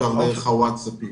אפשר דרך הווטסאפים,